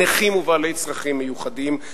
נכים ובעלי צרכים מיוחדים,